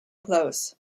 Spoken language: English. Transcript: close